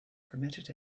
permitted